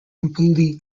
completely